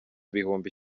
ibihumbi